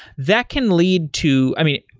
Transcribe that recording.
that can lead to i mean,